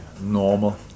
normal